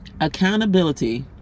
Accountability